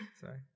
Sorry